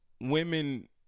women